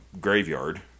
graveyard